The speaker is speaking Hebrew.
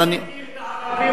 לא עשו סקר.